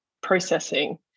processing